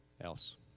else